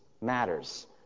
matters